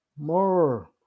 more